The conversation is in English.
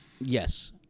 Yes